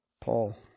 Paul